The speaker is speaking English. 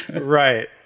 Right